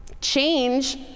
Change